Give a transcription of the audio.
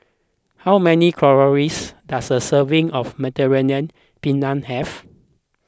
how many calories does a serving of Mediterranean Penne have